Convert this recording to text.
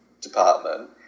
Department